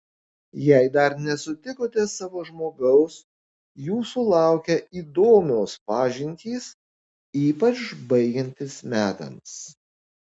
jei dar nesutikote savo žmogaus jūsų laukia įdomios pažintys ypač baigiantis metams